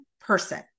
person